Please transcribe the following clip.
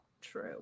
True